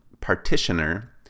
partitioner